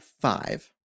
five